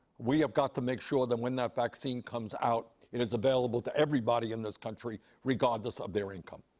we have got to make sure that when that vaccine comes out, it is available to everybody in this country regardless of their income.